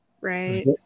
Right